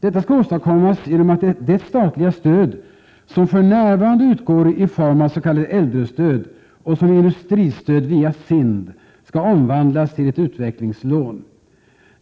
Detta skall åstadkommas genom att det statliga stöd som för närvarande utgår i form av s.k. äldrestöd och som industristöd via SIND skall omvandlas till ett utvecklingslån.